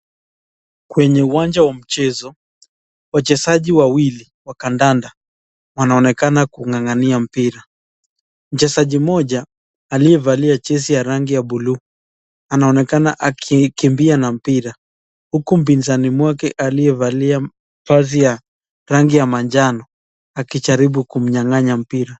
Kwenye uwanja wa mchezo wachezaji wawili wa kandanda wanaonekana kung'ang'ania mpira. Mchezaji moja aliyevalia rangi ya buluu anaonekana akikimbia na mpira huku mpinzani mwake aliyevalia vazi ya rangi ya manjano akijaribu kumnyang'anya mpira.